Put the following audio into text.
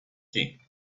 king